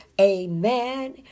amen